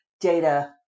data